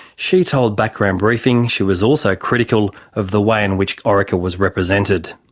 she told background briefing she was also critical of the way in which orica was represented.